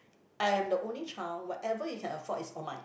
I am the only child whatever you can afford is all mine